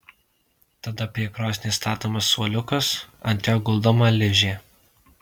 tada prie krosnies statomas suoliukas ant jo guldoma ližė